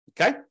Okay